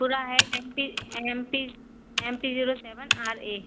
पूरा है M P M P M P zero seven R ए